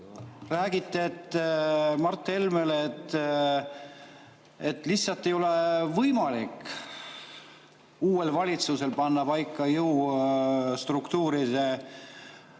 Räägite Mart Helmele, et lihtsalt ei ole võimalik uuel valitsusel panna paika jõustruktuuride